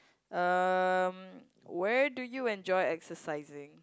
um where do you enjoy exercising